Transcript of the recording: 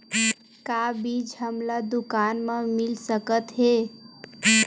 का बीज हमला दुकान म मिल सकत हे?